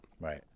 Right